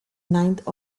ninth